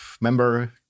member